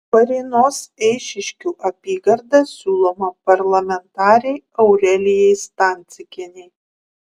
varėnos eišiškių apygarda siūloma parlamentarei aurelijai stancikienei